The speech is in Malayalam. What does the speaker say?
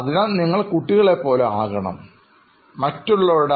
എന്നാൽ നിങ്ങൾ കുട്ടികൾ ആകണം എന്ന് ഞാൻ ആഗ്രഹിക്കുന്നു